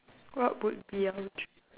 what would be our treat